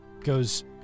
goes